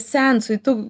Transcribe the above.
seansui tu